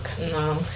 No